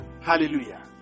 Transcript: Hallelujah